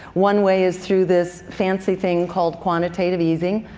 one way is through this fancy thing called quantitative easing,